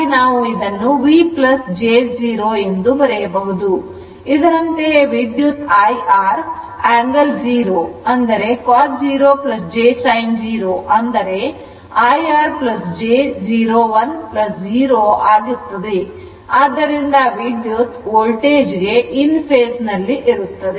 ಇದರಂತೆಯೇ ವಿದ್ಯುತ್ IR angle 0 cos 0 j sin 0 o ಅಂದರೆ IR j 0 1 j 0 ಆಗುತ್ತದೆ ಆದ್ದರಿಂದ ವಿದ್ಯುತ್ತು ವೋಲ್ಟೇಜ್ ಗೆ in phase ಇರುತ್ತದೆ